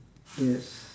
yes